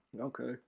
Okay